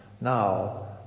Now